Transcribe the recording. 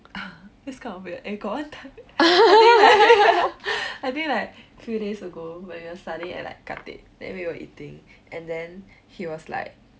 that's kind of weird eh and got one time I think like I think like few days ago when we're like studying at like khatib then we were eating and then he was like